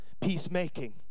peacemaking